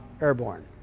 airborne